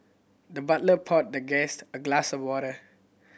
the butler poured the guest a glass of water